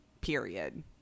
period